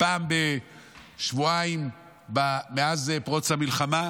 פעם בשבועיים מאז פרוץ המלחמה,